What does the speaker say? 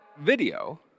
video